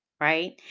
right